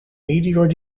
medior